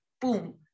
boom